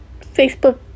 Facebook